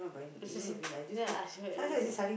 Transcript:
as as in then I ask you what you wanna cook